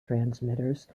transmitters